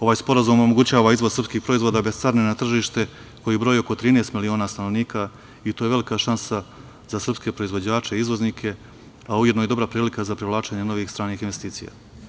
Ovaj sporazum omogućava izvoz srpskih proizvoda bez carine na tržište koji broji oko 13 miliona stanovnika i to je velika šansa sa srpske proizvođače, izvoznike, a ujedno i dobra prilika za privlačenje novih stranih investicija.